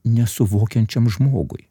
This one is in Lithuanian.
nesuvokiančiam žmogui